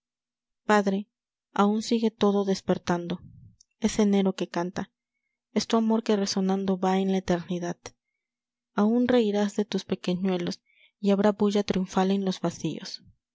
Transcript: padre aun sigue todo despertando es enero que canta es tu amor que resonando va en la eternidad aun reirás de tus pequeñuélos y habrá bulla triunfal en los vacíos